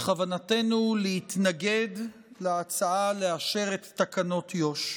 בכוונתנו להתנגד להצעה לאשר את תקנות יו"ש.